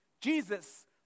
Jesus